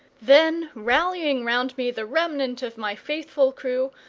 then, rallying round me the remnant of my faithful crew,